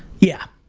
yeah